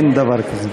אין דבר כזה.